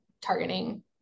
targeting